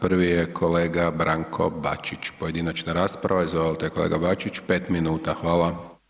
Prvi je kolega Branko Bačić, pojedinačna rasprava, izvolite kolega Bačić, 5 minuta, hvala.